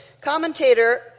Commentator